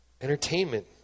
entertainment